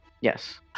Yes